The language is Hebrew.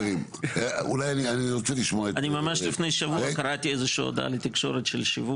אני ממש לפני שבוע קראתי איזושהי הודעה לתקשורת של שיווק,